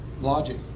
Logic